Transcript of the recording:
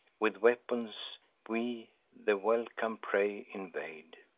with weapons we the welcome prey invade,